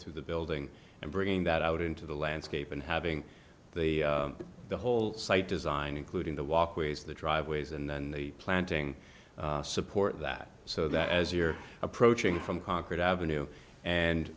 through the building and bringing that out into the landscape and having the whole site design including the walkways the driveways and then the planting support that so that as you're approaching from concord avenue and